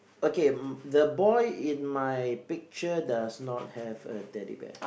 okay um the boy in my picture does not have a Teddy Bear